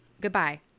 Goodbye